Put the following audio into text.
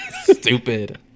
Stupid